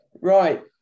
Right